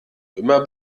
immer